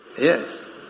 Yes